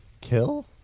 kill